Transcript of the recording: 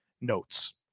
notes